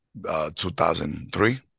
2003